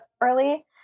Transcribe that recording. early